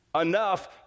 enough